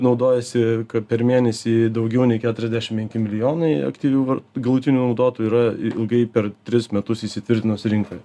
naudojasi per mėnesį daugiau nei keturiasdešim penki milijonai aktyvių var galutinių naudotojų yra ilgai per tris metus įsitvirtinusių rinkoje